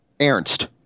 Ernst